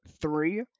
three